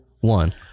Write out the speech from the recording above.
one